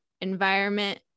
environment